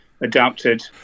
adapted